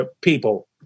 people